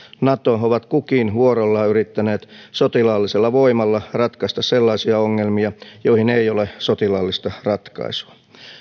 nato ovat kukin vuorollaan yrittäneet sotilaallisella voimalla ratkaista sellaisia ongelmia joihin ei ole sotilaallista ratkaisua